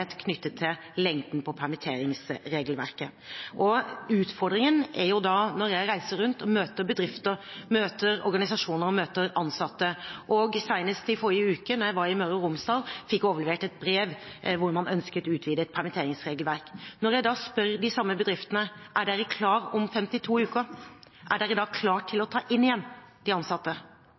knyttet til lengden i permitteringsregelverket. Utfordringen er når jeg reiser rundt og møter bedrifter, møter organisasjoner og møter ansatte, og senest i forrige uke, da jeg var i Møre og Romsdal, fikk jeg overlevert et brev hvor man ønsket utvidet permitteringsregelverk. Når jeg da spør de samme bedriftene: Er dere klare om 52 uker – er dere da klare til å ta inn igjen de ansatte